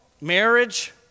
marriage